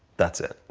that's it,